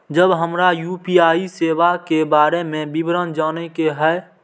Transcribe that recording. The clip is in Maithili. जब हमरा यू.पी.आई सेवा के बारे में विवरण जाने के हाय?